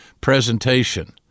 presentation